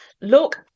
look